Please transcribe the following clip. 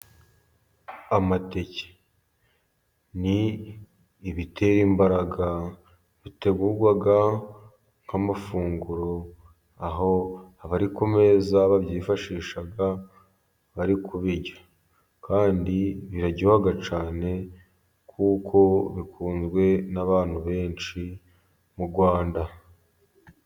Amateke ni ibitera imbaraga biteguwa nk'amafunguro, aho abari ku meza babyifashisha bari kubirya, kandi biraryoha cyane kuko bikunzwe n'abantu benshi mu Rwanda.